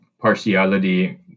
partiality